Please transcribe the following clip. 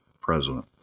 president